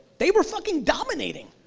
they were fucking dominating.